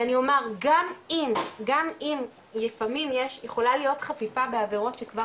ואני אומר גם אם לפעמים יש יכולה להיות חפיפה בעבירות שכבר